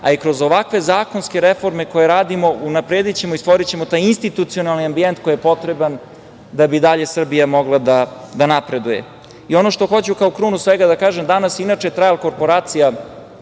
a i kroz ovakve zakonske reforme koje radimo unapredićemo i stvorićemo taj institucionalni ambijent koji je potreban da bi dalje Srbija mogla da napreduje. Ono što hoću kao krunu svega da kažem jeste da je „Trajal korporacija“